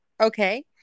Okay